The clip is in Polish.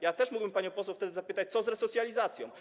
Ja też mógłbym panią poseł wtedy zapytać: Co z resocjalizacją?